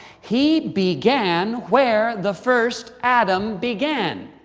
he began where the first adam began.